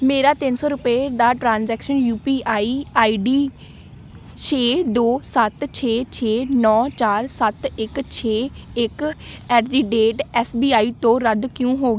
ਮੇਰਾ ਤਿੰਨ ਸੌ ਰੁਪਏ ਦਾ transaction U P I I D ਛੇ ਦੋ ਸੱਤ ਛੇ ਛੇ ਨੌ ਚਾਰ ਸੱਤ ਇੱਕ ਛੇ ਇੱਕ at the rate S B I ਤੋਂ ਰੱਦ ਕਿਉਂ ਹੋ